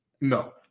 No